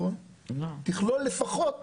תכלול לפחות